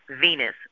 Venus